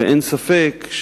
ואין ספק,